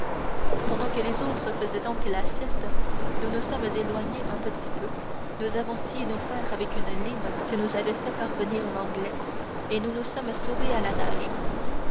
pendant que les autres faisaient donc la sieste nous nous sommes éloignés un petit peu nous avons scié nos fers avec une lime que nous avait fait parvenir l'anglais et nous nous sommes sauvés à la nage